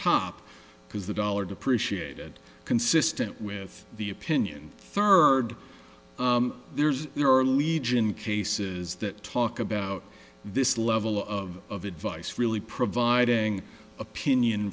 top because the dollar depreciated consistent with the opinion third there's there are legion cases that talk about this level of advice really providing opinion